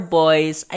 boys